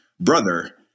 brother